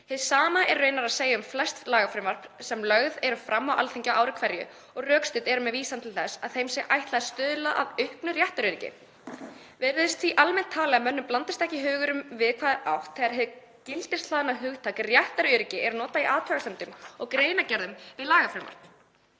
Hið sama er raunar að segja um flest lagafrumvörp, sem lögð eru fram á Alþingi á ári hverju, og rökstudd eru með vísan til þess, að þeim sé ætlað að stuðla að (auknu) réttaröryggi. Virðist því almennt talið að mönnum blandist ekki hugur um við hvað er átt, þegar hið gildishlaðna hugtak „réttaröryggi“ er notað í athugasemdum og greinargerðum við lagafrumvörp.